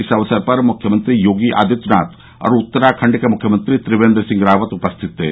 इस अवसर पर मुख्यमंत्री योगी आदित्यनाथ और उत्तराखंड के मुख्यमंत्री त्रिवेंद्र सिंह रावत उपस्थित थे